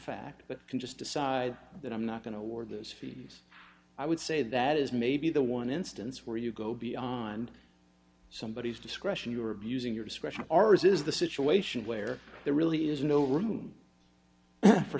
fact that can just decide that i'm not going toward those fees i would say that is maybe the one instance where you go beyond somebodies discretion you are abusing your discretion ours is the situation where there really is no room for